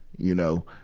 you know.